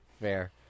fair